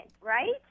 right